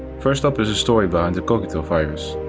first up is story behind the cogito virus.